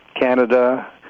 Canada